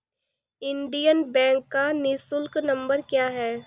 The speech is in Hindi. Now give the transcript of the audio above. इंडियन बैंक का निःशुल्क नंबर क्या है?